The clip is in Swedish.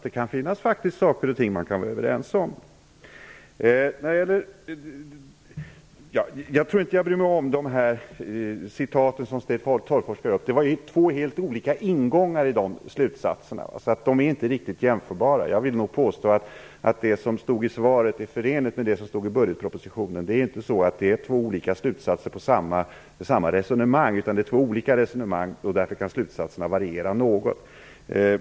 Det kan faktiskt finnas saker och ting som vi kan vara överens om. Jag tror inte att jag bryr mig om de citat som Sten Tolgfors tog upp. Det var två helt olika ingångar i de slutsatserna. De är inte riktigt jämförbara. Jag vill nog påstå att det som stod i svaret är förenligt med det som stod i budgetpropositionen. Det är inte två olika slutsatser av samma resonemang. Det är två olika resonemang. Därför kan slutsatserna variera något.